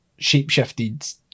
shapeshifted